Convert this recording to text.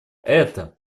это